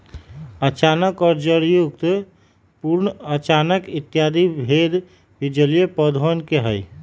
अचानक और जड़युक्त, पूर्णतः अचानक इत्यादि भेद भी जलीय पौधवा के हई